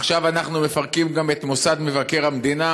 עכשיו אנחנו מפרקים גם את מוסד מבקר המדינה,